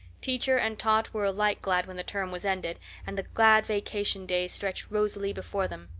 teacher and taught were alike glad when the term was ended and the glad vacation days stretched rosily before them.